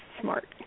smart